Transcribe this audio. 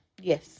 Yes